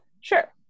Sure